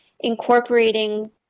incorporating